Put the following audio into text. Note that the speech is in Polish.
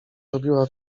robiła